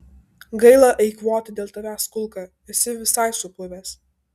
gaila eikvoti dėl tavęs kulką esi visai supuvęs